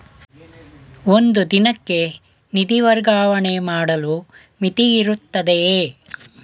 ಒಂದು ದಿನಕ್ಕೆ ನಿಧಿ ವರ್ಗಾವಣೆ ಮಾಡಲು ಮಿತಿಯಿರುತ್ತದೆಯೇ?